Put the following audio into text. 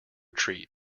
treat